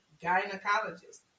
gynecologist